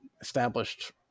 established